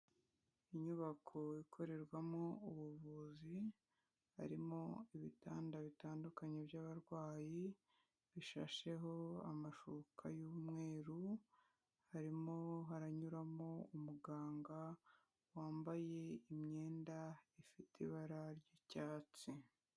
Inyubako ikorerwamo ubuvuzi, harimo ibitanda bitandukanye by'abarwayi, bishasheho amashuka y'umweru, harimo haranyuramo umuganga wambaye imyenda ifite ibara ry'icyatsi.